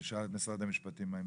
נשאל את משרד המשפטים מה עמדתם?